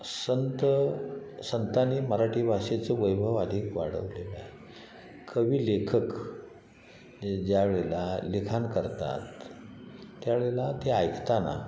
संत संतांनी मराठी भाषेचं वैभव अधिक वाढवलेलं आहे कवी लेखक ज्या वेळेला लिखाण करतात त्यावेळेला ते ऐकताना